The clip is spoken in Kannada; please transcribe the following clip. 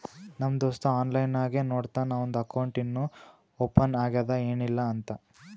ನಮ್ ದೋಸ್ತ ಆನ್ಲೈನ್ ನಾಗೆ ನೋಡ್ತಾನ್ ಅವಂದು ಅಕೌಂಟ್ ಇನ್ನಾ ಓಪನ್ ಆಗ್ಯಾದ್ ಏನಿಲ್ಲಾ ಅಂತ್